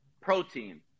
protein